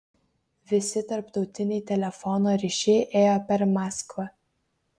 visi tarptautiniai telefono ryšiai ėjo per maskvą